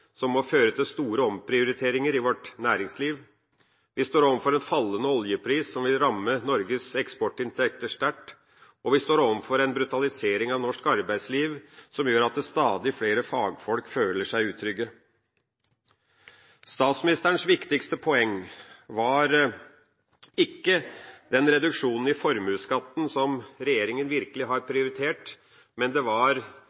som må føre til store omprioriteringer i vårt næringsliv. Vi står overfor en fallende oljepris, som vil ramme Norges eksportinntekter sterkt. Og vi står overfor en brutalisering av norsk arbeidsliv, som gjør at stadig flere fagfolk føler seg utrygge. Statsministerens viktigste poeng var ikke den reduksjonen i formuesskatten som regjeringa virkelig har